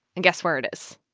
and guess where it is